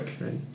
Right